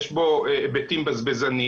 יש בו היבטים בזבזניים,